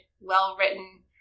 well-written